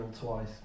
twice